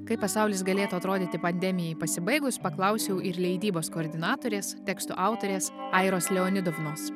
kaip pasaulis galėtų atrodyti pandemijai pasibaigus paklausiau ir leidybos koordinatorės tekstų autorės airos leonidovnos